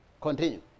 Continue